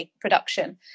production